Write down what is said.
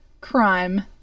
Crime